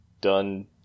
done